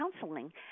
counseling